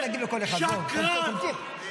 שקרן.